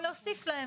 או להוסיף להם,